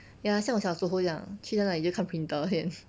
ya 像我小时候这样去到那里就看 printer 先